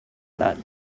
that